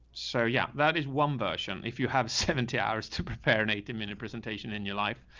so yeah, that is one version. if you have seventy hours to prepare an eighty minute presentation in your life,